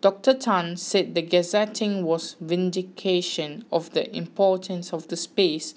Doctor Tan said the gazetting was vindication of the importance of the space